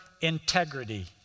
integrity